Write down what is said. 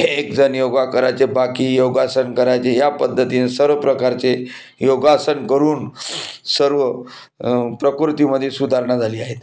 एकजण योगा करायचे बाकी योगासन करायचे या पद्धतीने सर्व प्रकारचे योगासन करून सर्व प्रकृतीमध्ये सुधारणा झाली आहे